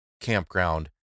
Campground